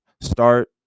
Start